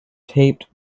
taped